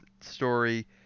story